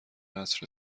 قصر